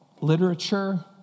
literature